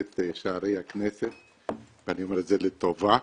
את שערי הכנסת ואני אומר את זה לטובה,